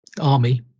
army